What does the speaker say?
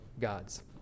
gods